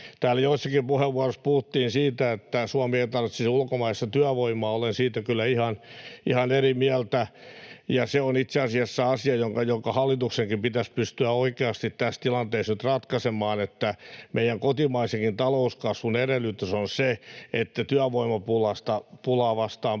Täällä joissakin puheenvuoroissa puhuttiin, että Suomi ei tarvitsisi ulkomaista työvoimaa. Olen siitä kyllä ihan eri mieltä, ja se on itse asiassa asia, joka hallituksenkin pitäisi pystyä oikeasti tässä tilanteessa nyt ratkaisemaan. Meidän kotimaisenkin talouskasvun edellytys on se, että työvoimapulaa vastaan